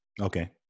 Okay